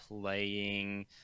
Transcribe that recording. playing